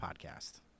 Podcast